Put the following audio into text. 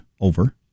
over